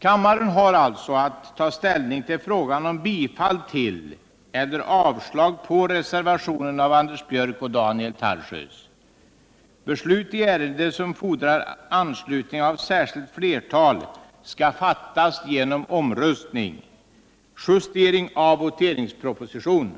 Om inte minst tre fjärdedelar av de röstande och mer än hälften av kammarens ledamöter röstar ja, har kammaren avslagit reservationen.